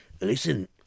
Listen